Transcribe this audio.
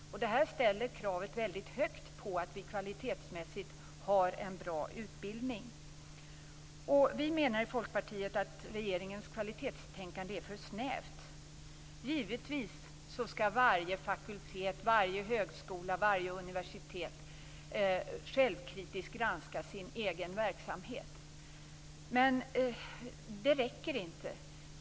Detta ställer höga krav på att vi kvalitetsmässigt har en bra utbildning. Vi i Folkpartiet menar att regeringens kvalitetstänkande är för snävt. Givetvis skall varje fakultet, varje högskola och varje universitet självkritiskt granska sin egen verksamhet, men det räcker inte.